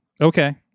Okay